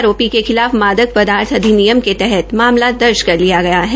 आरोपी के खिलाफ मादक पदार्थ अधिनियम के तहत मामला दर्ज किया गया है